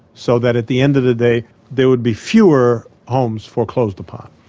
so that at the end of the day there would be fewer homes foreclosed upon.